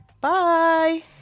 bye